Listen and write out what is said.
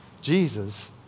Jesus